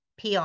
PR